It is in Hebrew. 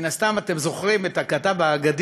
אולי מן הסתם אתם זוכרים את הכתב האגדי